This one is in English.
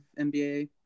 NBA